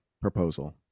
proposal